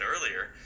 earlier